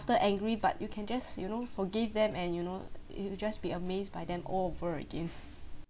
angry but you can just you know forgive them and you know you were just be amazed by them all over again